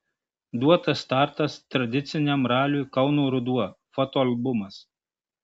duotas startas tradiciniam raliui kauno ruduo fotoalbumas